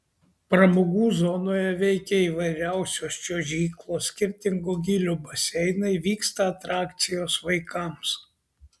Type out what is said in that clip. pramogų zonoje veikia įvairiausios čiuožyklos skirtingo gylio baseinai vyksta atrakcijos vaikams